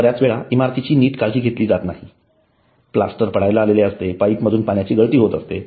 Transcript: बर्याच वेळा इमारतींची नीट काळजी घेतली जात नाही प्लास्टर पडायला आले असते पाईपमधून पाण्याची गळती होत असते